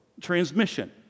transmission